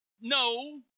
no